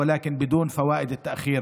אולם ללא ריבית הפיגורים.